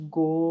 go